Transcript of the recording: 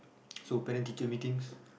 so parent teacher meetings